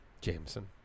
Jameson